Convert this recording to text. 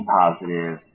positive